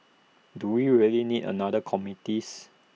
do we really need another committees